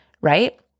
right